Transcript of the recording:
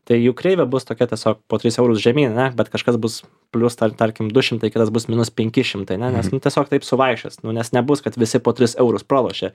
tai jų kreivė bus tokia tiesiog po tris eurus žemyn ane kažkas bus plius ten tarkim du šimtai kitas bus minus penki šimtai ane nes nu tiesiog taip suvaikščios nu nes nebus kad visi po tris eurus pralošia